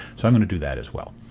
so i'm going to do that as well.